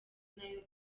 nayo